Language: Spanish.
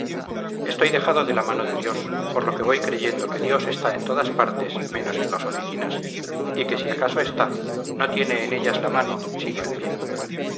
estoy dejado de la mano de dios por lo que voy creyendo que dios está en todas partes menos en las oficinas y que si acaso está no tiene en ellas la mano sino el pie